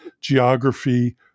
geography